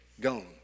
gone